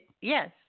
Yes